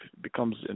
becomes